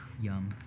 Yum